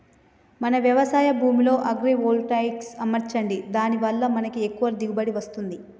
మన వ్యవసాయ భూమిలో అగ్రివోల్టాయిక్స్ అమర్చండి దాని వాళ్ళ మనకి ఎక్కువ దిగువబడి వస్తుంది